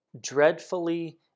dreadfully